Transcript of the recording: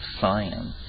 science